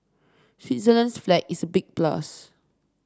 Switzerland's flag is big plus